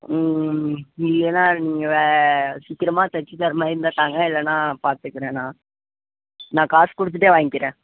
இல்லைனா நீங்கள் வே சீக்கிரமாக தைச்சி தர மாதிரி இருந்தால் தாங்க இல்லைனா பார்த்துக்குறேன் நான் நான் காசு கொடுத்துட்டே வாங்கிகிறேன்